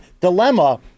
dilemma